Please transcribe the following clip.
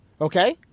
Okay